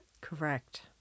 Correct